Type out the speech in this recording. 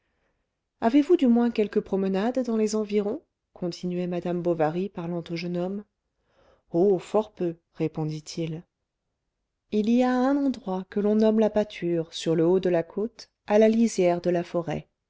avez-vous du moins quelques promenades dans les environs continuait madame bovary parlant au jeune homme oh fort peu répondit-il il y a un endroit que l'on nomme la pâture sur le haut de la côte à la lisière de la forêt